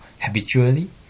habitually